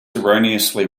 erroneously